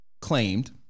claimed